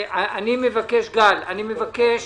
גל, אני מבקש